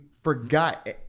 forgot